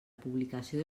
publicació